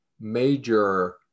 major